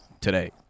today